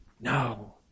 No